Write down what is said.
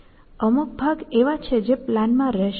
આપણે આ બંને ને સંયોજિત કરવા છે જે પછી ના વર્ગ માં જોઈશું